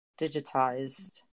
digitized